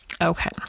okay